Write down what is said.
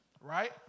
Right